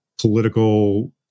political